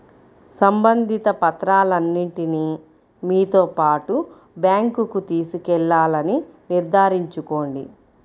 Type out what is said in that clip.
సంబంధిత పత్రాలన్నింటిని మీతో పాటు బ్యాంకుకు తీసుకెళ్లాలని నిర్ధారించుకోండి